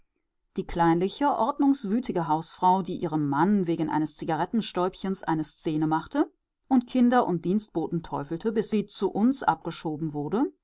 die kleinliche ordnungswütige hausfrau die ihrem mann wegen eines zigarrenstäubchens eine szene machte und kinder und dienstboten teufelte bis sie zu uns abgeschoben wurde